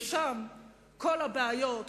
ושם כל הבעיות,